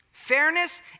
Fairness